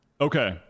Okay